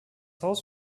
haus